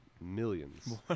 millions